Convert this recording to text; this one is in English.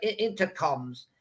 intercoms